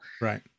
Right